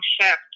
shift